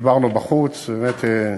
דיברנו בחוץ, ובאמת